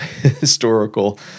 historical